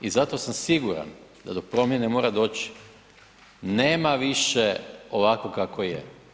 I zato sam siguran da do promjene mora doći, nema više ovako kako je.